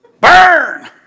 Burn